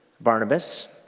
Barnabas